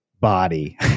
body